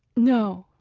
no,